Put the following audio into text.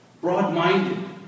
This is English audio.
broad-minded